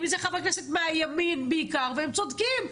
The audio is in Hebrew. אם זה חברי הכנסת מהימין בעיקר והם צודקים,